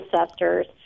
ancestors